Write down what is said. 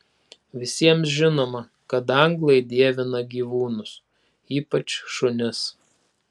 visiems žinoma kad anglai dievina gyvūnus ypač šunis